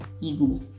ego